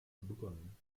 begonnen